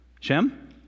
Jim